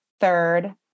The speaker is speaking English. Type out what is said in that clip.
third